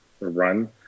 run